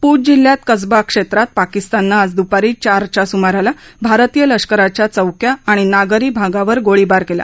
पूंछ जिल्ह्यात कसबा क्षेत्रात पाकिस्तानं आज दुपारी चारच्या सुमारास भारतीय लष्कराच्या चौक्या आणि नागरी भागावर गोळीबार केला